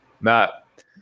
Matt